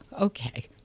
Okay